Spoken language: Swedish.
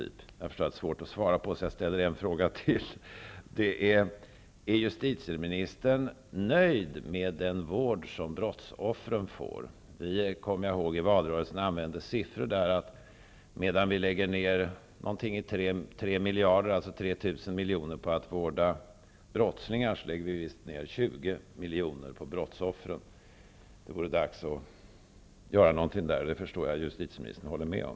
Jag förstår att det är svårt att svara på det, så jag ställer en fråga till: Är justitieministern nöjd med den vård som brottsoffren får? I valrörelsen talade vi om att man lägger ned ca 3 miljarder, dvs. 3 000 miljoner, på att vårda brottslingar medan man lägger ned 20 miljoner på brottsoffren. Det vore dags att göra någonting där -- det förstår jag att justitieministern håller med om.